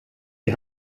die